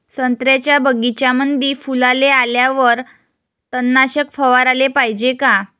संत्र्याच्या बगीच्यामंदी फुलाले आल्यावर तननाशक फवाराले पायजे का?